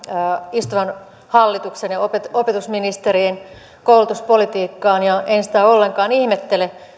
istuvan hallituksen ja opetusministerin koulutuspolitiikkaan ja en sitä ollenkaan ihmettele